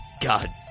God